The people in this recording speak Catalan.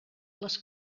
les